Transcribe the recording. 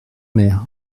mer